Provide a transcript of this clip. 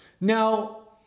Now